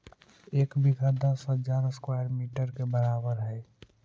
एक बीघा दस हजार स्क्वायर मीटर के बराबर हई